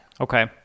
Okay